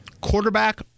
Quarterback